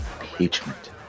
Impeachment